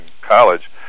college